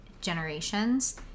generations